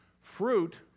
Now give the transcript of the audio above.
Fruit